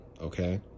okay